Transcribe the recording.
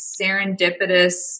serendipitous